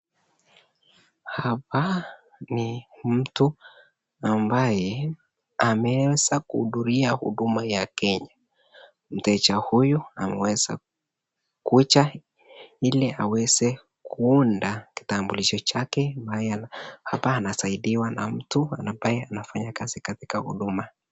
Hapa ni mtu ambaye ameweza kuhudhuria huduma ya kenya, mteja huyu ameweza kuja ili aweze kuunda kitambulisho chake, ambaye hapa anasaidiwa na mtu ambaye anafanya kazi katika huduma.